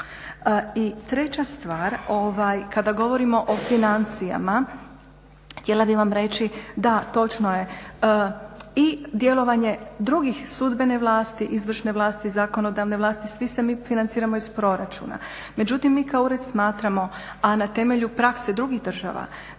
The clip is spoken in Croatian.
I treća stvar, kada govorimo o financijama, htjela bih vam reći, da točno je i djelovanje drugih, sudbene vlasti, izvršne vlasti, zakonodavne vlasti, svi se mi financiramo iz proračuna. Međutim mi kao ured smatramo, a na temelju prakse drugih država